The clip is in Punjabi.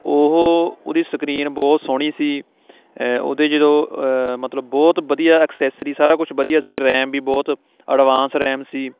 ਉਹ ਉਹਦੀ ਸਕਰੀਨ ਬਹੁਤ ਸੋਹਣੀ ਸੀ ਉਹਦੇ ਜਦੋਂ ਮਤਲਬ ਬਹੁਤ ਵਧੀਆ ਐਕਸੈਸਰੀ ਸਾਰਾ ਕੁਛ ਵਧੀਆ ਸੀ ਰੈਮ ਵੀ ਬਹੁਤ ਅਡਵਾਂਸ ਰੈਮ ਸੀ